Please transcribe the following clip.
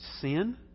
sin